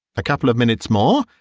a couple of minutes more,